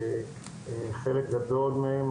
וחלק גדול מהן,